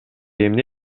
эмне